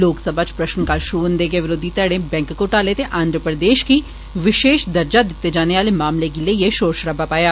लोकसभा च प्रश्नकाल शुरू होन्दे गै विरोधी घड़े बैंक घोटाले ते आंध्र प्रदेश गी विशेष दर्जा देने आह्ले मामले गी लेइयै शारे शराबा मचाया